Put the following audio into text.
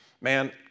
Man